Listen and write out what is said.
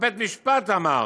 בית המשפט אמר